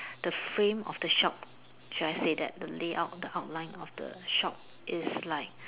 the frame of the shop should I say that the layout the outline of the shop is like